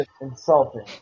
insulting